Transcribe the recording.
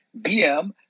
VM